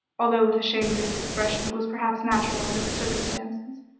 although with a shamefaced expression that was perhaps natural under the circumstances.